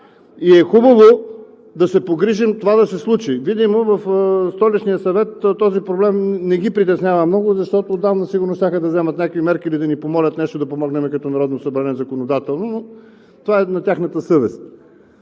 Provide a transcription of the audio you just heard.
и е хубаво да се погрижим това да се случи. Видимо в Столичния съвет този проблем не ги притеснява много, защото отдавна сигурно щяха да вземат някакви мерки или да ни помолят законодателно да помогнем като Народно събрание. Но това е на тяхната съвест.